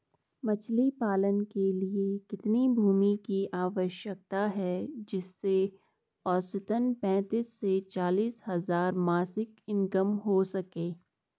मछली पालन के लिए कितनी भूमि की आवश्यकता है जिससे औसतन पैंतीस से चालीस हज़ार मासिक इनकम हो सके?